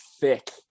thick